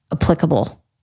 applicable